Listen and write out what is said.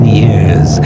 years